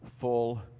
full